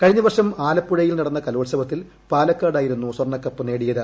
കഴിഞ്ഞ വർഷം ആലപ്പുഴയ്ടിൽ ന്നട്ന്ന കലോത്സവത്തിൽ പാലക്കാടായിരുന്നു സ്വർണ്ണൂക്പ്പ് നേടിയത്